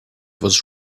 was